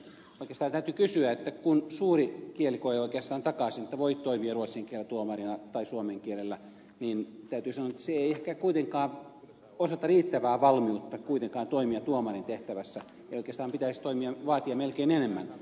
oikeastaan täytyy kysyä että kun suuri kielikoe oikeastaan takaa sen että voi toimia ruotsin kielen tuomarina tai suomen kielellä niin täytyy sanoa että se ei ehkä kuitenkaan osoita riittävää valmiutta toimia tuomarin tehtävässä ja oikeastaan pitäisi vaatia melkein enemmän